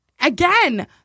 Again